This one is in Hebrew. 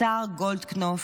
השר גולדקנופ,